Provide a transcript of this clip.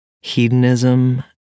hedonism